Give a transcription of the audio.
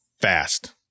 fast